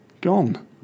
gone